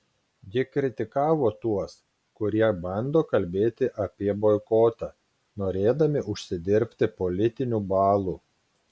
ji kritikavo tuos kurie bando kalbėti apie boikotą norėdami užsidirbti politinių balų